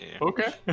Okay